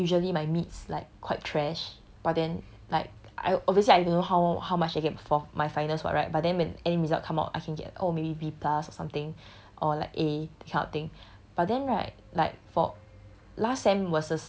like usually my meets like quite trash but then like I obviously I don't know how how much I can get for my finals [what] right but then when end result come out I can get oh maybe B plus or something or like a that kind of thing but then right like for